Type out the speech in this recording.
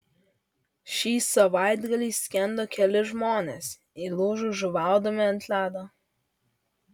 šį savaitgalį skendo keli žmonės įlūžo žuvaudami ant ledo